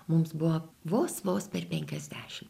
mums buvo vos vos per penkiasdešim